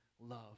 love